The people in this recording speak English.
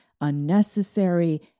unnecessary